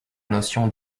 notion